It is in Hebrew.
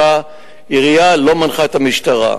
אותה עירייה לא מנחה את המשטרה.